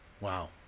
Wow